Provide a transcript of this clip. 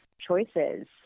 choices